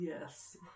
Yes